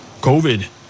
COVID